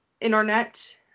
internet